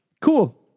cool